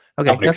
Okay